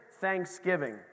thanksgiving